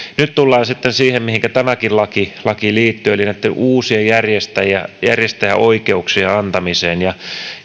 nyt tullaan sitten siihen mihinkä tämäkin laki laki liittyy eli uusien järjestäjäoikeuksien antamiseen